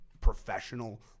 professional